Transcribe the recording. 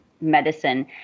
medicine